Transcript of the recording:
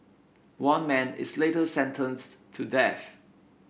one man is later sentenced to death